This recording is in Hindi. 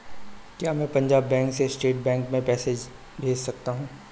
क्या मैं पंजाब बैंक से स्टेट बैंक में पैसे भेज सकता हूँ?